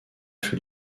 fut